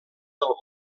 del